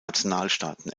nationalstaaten